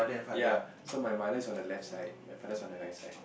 ya so my mother is on the left side my father is on the right